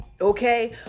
Okay